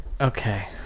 okay